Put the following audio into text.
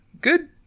Good